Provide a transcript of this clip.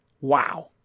Wow